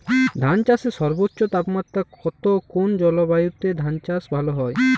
ধান চাষে সর্বোচ্চ তাপমাত্রা কত কোন জলবায়ুতে ধান চাষ ভালো হয়?